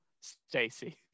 Stacy